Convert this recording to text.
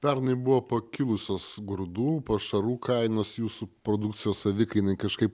pernai buvo pakilusios grūdų pašarų kainos jūsų produkcijos savikainai kažkaip